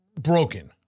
broken